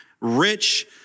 rich